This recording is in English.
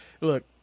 Look